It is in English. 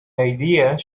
ideas